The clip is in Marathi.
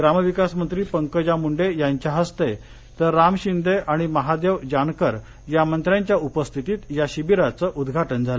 ग्रामविकासमंत्री पंकजा मुंडे यांच्या हस्ते तर राम शिंदे आणि महादेव जानकर या मंत्र्यांच्या उपस्थितीत या शिबिराचं उद्घाटन झालं